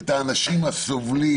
את האנשים הסובלים.